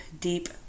deep